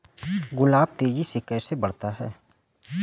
गुलाब तेजी से कैसे बढ़ता है?